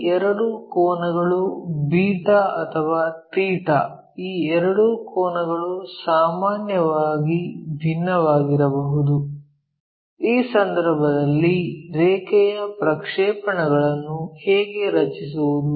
ಈ ಎರಡು ಕೋನಗಳು ಬೀಟಾ β ಅಥವಾ ಥೀಟಾ ϴ ಈ ಎರಡು ಕೋನಗಳು ಸಾಮಾನ್ಯವಾಗಿ ಭಿನ್ನವಾಗಿರಬಹುದು ಈ ಸಂದರ್ಭದಲ್ಲಿ ರೇಖೆಯ ಪ್ರಕ್ಷೇಪಗಳನ್ನು ಹೇಗೆ ರಚಿಸುವುದು